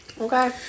Okay